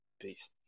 peace